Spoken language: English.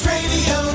Radio